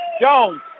Jones